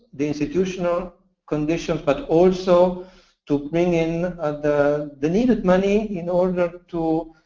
the institutional conditions, but also to bring in and the the needed money, in order to,